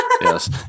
Yes